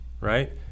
right